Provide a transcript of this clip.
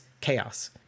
chaos